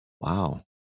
Wow